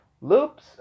Loops